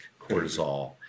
cortisol